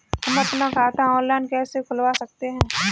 हम अपना खाता ऑनलाइन कैसे खुलवा सकते हैं?